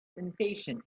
impatient